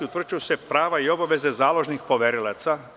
Utvrđuju se prava i obaveze založnih poverilaca.